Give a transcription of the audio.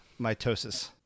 mitosis